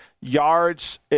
yards